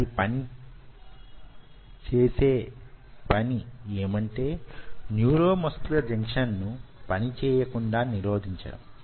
అది చేసే పని యేమంటే న్యూరోమస్క్యులర్ జంక్షన్ ను పని చేయకుండా నిరోధించడం